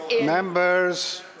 Members